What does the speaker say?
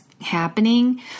happening